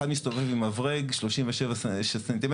אחד מסתובב עם מברג 37 ס"מ,